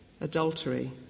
adultery